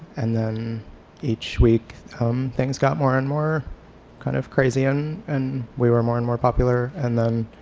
and then each week things got more and more kind of crazy and and we were more and more popular and then